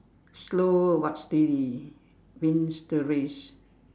slow but steady wins the race